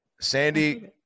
Sandy